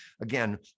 again